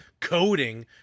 coding